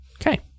okay